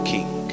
King